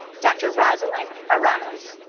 dr. rosalyn aranas